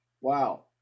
wow